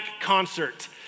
concert